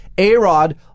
A-Rod